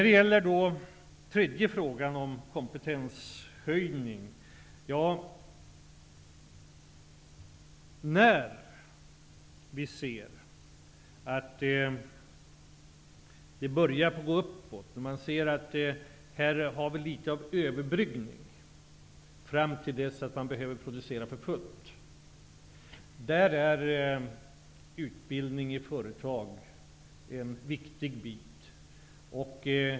Hans Anderssons tredje fråga gällde kompetenshöjning. När man ser att det börjar gå uppåt, när man ser att det finns litet av överbryggning fram till dess att man behöver producera för fullt, då är utbildning i företag ett viktigt inslag.